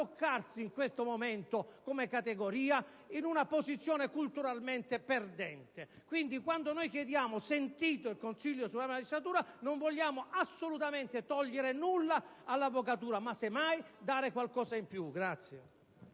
in questo momento, come categoria, in una posizione culturalmente perdente. Quindi, quando noi chiediamo di sentire il Consiglio superiore della magistratura non vogliamo assolutamente togliere nulla all'avvocatura, semmai dare qualcosa in più.